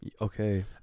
Okay